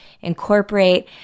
incorporate